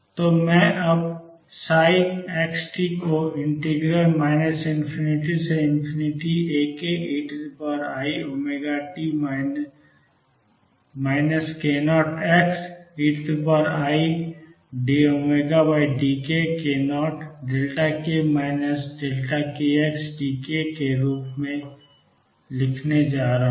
तो मैं अब xtको ∞Akei0t k0xeidωdkk0k kxdk के बराबर लिखने जा रहा हूँ